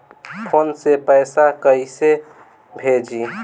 Phone से पैसा कैसे भेजी?